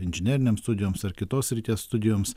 inžinerinėms studijoms ar kitos srities studijoms